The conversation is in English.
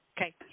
Okay